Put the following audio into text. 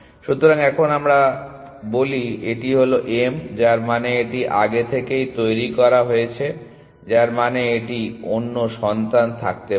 সুতরাং এখন আমরা বলি এটি হল m যার মানে এটি আগে থেকেই তৈরি করা হয়েছে যার মানে এটির অন্য সন্তান থাকতে পারে